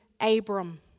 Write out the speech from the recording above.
Abram